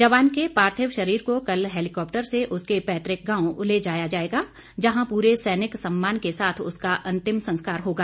जवान के पार्थिव शरीर को कल हैलीकाप्टर से उसके पैतृक गांव ले जाया जाएगा जहां पूरे सैनिक सम्मान के साथ उसका अंतिम संस्कार होगा